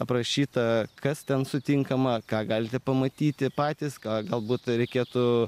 aprašyta kas ten sutinkama ką galite pamatyti patys ką galbūt reikėtų